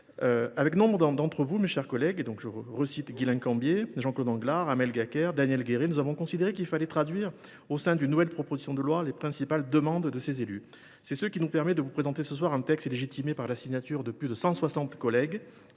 Avec nombre d’entre vous, mes chers collègues – je pense notamment à Guislain Cambier, à Jean Claude Anglars, à Amel Gacquerre et à Daniel Gueret –, nous avons considéré qu’il fallait traduire au sein d’une nouvelle proposition de loi les principales demandes de ces élus. C’est ce qui nous permet de vous présenter ce soir un texte légitimé par la signature de plus de 160 collègues.